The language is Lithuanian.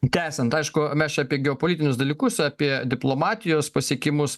tęsiant aišku mes čia apie geopolitinius dalykus apie diplomatijos pasiekimus